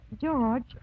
George